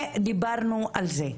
ודיברנו על זה,